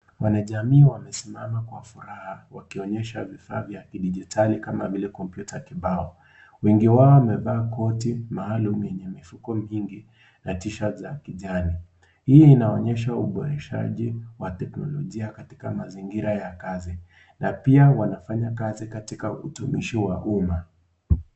Wanajamii wamesimama kwa furaha wakionyesha vyombo vya kidijitari kama kompyuta wengi wao wamevaa koti maalum yenye mifuko mingi na T-shirt za kijani hii inaonyesha uboreshaji wa teknolojia katika mazingira ya kazi na pia wanafanya kazi katika utumishi wa umma.